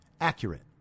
accurate